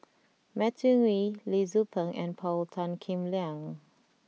Matthew Ngui Lee Tzu Pheng and Paul Tan Kim Liang